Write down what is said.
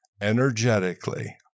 energetically